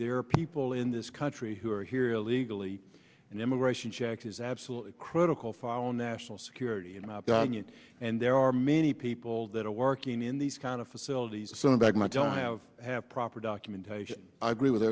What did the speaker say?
there are people in this country who are here illegally and immigration checks is absolutely critical for our national security in my opinion and there are many people that are working in these kind of facilities sent back my don't have have proper documentation i agree with